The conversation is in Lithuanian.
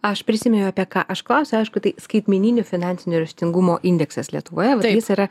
aš prisimeniau apie ką aš klausiau aišku tai skaitmeninio finansinio raštingumo indeksas lietuvoje jis yra